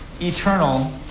eternal